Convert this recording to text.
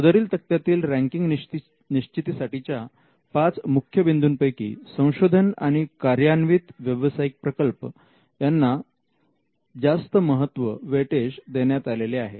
सदरील तक्त्यातील रँकिंग निश्चितीसाठीच्या पाच मुख्य बिंदू पैकी संशोधन आणि कार्यान्वित व्यावसायिक प्रकल्प यांना जास्त महत्व देण्यात आलेले आहे